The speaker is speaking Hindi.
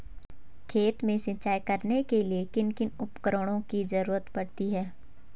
खेत में सिंचाई करने के लिए किन किन उपकरणों की जरूरत पड़ती है?